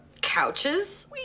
couches